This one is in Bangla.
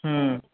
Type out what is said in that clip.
হুম